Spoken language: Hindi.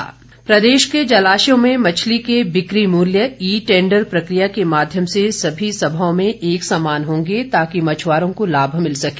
मछली पालन प्रदेश के जलाश्यों में मछली के बिक्री मूल्य ई टेंडर प्रक्रिया के माध्यम से सभी सभाओं में एक समान होंगे ताकि मछुआरों को लाभ मिल सके